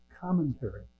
commentary